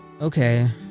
okay